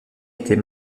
était